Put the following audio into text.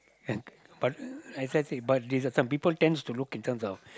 but I see I see but this some people tend to look at in terms of